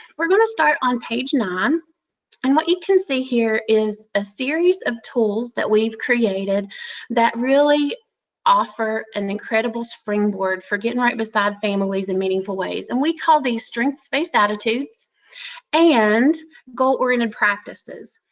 we're going to start on page nine and what you can see here is a series of tools that we've created that really offer an incredible springboard for getting right beside families in meaningful ways. and we call these strength-spaced attitudes and goal-oriented practices.